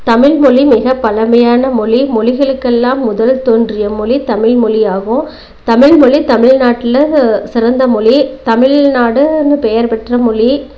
தமிழ்மொலி மிக பழமையான மொழி மொழிகளுக்கெல்லாம் முதல்ல தோன்றிய மொழி தமில்மொழி ஆகும் தமில்மொழி தமில்நாட்டில் சிறந்த மொழி தமிழ்நாடுன்னு பெயர் பெற்ற மொழி